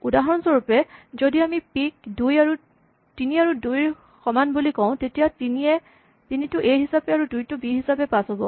উদাহৰণস্বৰূপে যদি আমি পি ক ৩ আৰু ২ ৰ সমান বুলি কওঁ তেতিয়া ৩ টো এ হিচাপে আৰু ২ টো বি হিচাপে পাচ হ'ব